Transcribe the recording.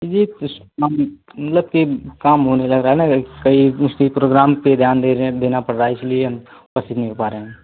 जी मतलब कि काम होने लग रहा है न कई प्रोगाम पर ध्यान दे रहे हैं देना पड़ रहा है इसलिए हम उपस्थित नहीं हो पा रहे हैं